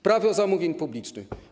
Prawo zamówień publicznych.